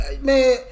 man